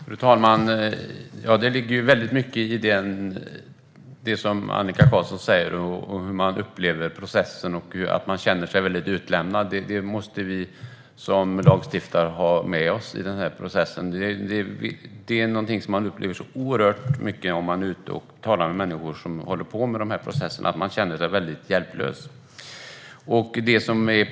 Fru talman! Det ligger väldigt mycket i det Annika Qarlsson säger om hur man upplever processen och att man känner sig väldigt utlämnad. Det måste vi som lagstiftare ha med oss. Vi som är ute och talar med människor som håller på med dessa processer upplever oerhört tydligt att människor känner sig väldigt hjälplösa.